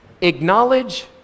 acknowledge